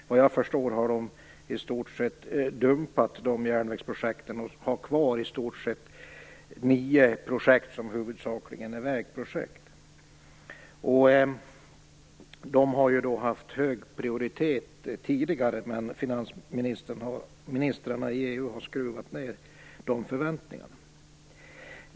Såvitt jag förstår har de i stort sett dumpat dessa järnvägsprojekt och har kvar kanske nio projekt, som huvudsakligen är vägprojekt. De har haft hög prioritet tidigare, men finansministrarna i EU har skruvat ned förväntningarna på dem.